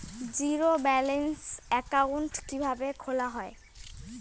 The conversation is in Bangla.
জিরো ব্যালেন্স একাউন্ট কিভাবে খোলা হয়?